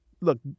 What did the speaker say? look